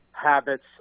Habits